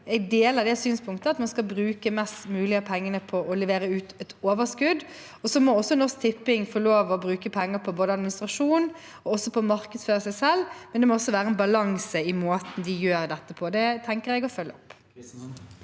jeg deler synspunktet om at man skal bruke mest mulig av pengene på å levere ut et overskudd. Norsk Tipping må også få lov til å bruke penger på både administrasjon og å markedsføre seg selv, men det må være en balanse i måten de gjør dette på. Det tenker jeg å følge opp.